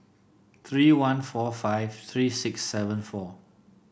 three one four five three six seven four